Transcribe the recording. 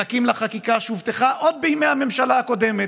מחכים לחקיקה שהובטחה עוד בימי הממשלה הקודמת,